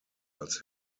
als